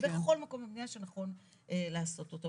בכל מקום במדינה שנכון לעשות אותו.